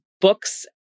books